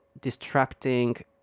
distracting